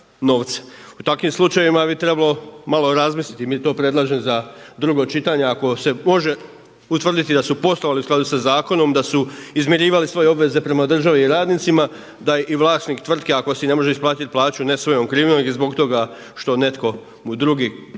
U takvim slučajevima bi trebalo malo razmisliti. Mi to, predlažem za drugo čitanje ako se može utvrditi da su poslovali u skladu sa zakonom, da su izmirivali svoje obveze prema državi i radnicima, da i vlasnik tvrtke ako si ne može isplatiti plaću ne svojom krivnjom, nego i zbog toga što netko mu drugi